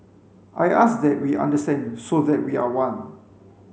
I ask that we understand so that we are one